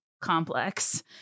complex